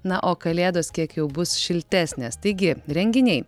na o kalėdos kiek jau bus šiltesnės taigi renginiai